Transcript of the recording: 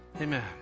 Amen